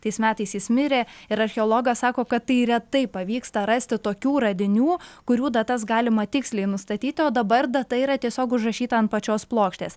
tais metais jis mirė ir archeologas sako kad tai retai pavyksta rasti tokių radinių kurių datas galima tiksliai nustatyti o dabar data yra tiesiog užrašyta ant pačios plokštės